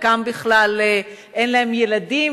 חלקם בכלל אין להם ילדים,